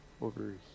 over